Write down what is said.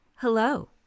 Hello